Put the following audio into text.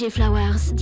Flowers